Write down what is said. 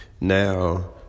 Now